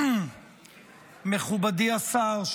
מכובדי השר,